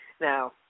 Now